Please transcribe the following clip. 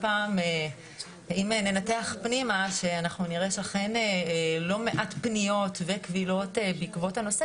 אם ננתח פנימה נראה שלא מעט פניות וקבילות הן בעקבות הנושא